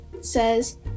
says